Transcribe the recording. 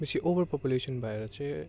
बेसी overpopulation भएर चाहिँ